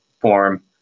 form